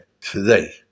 today